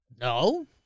No